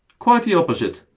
quite the opposite!